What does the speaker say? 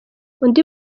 undi